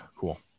Cool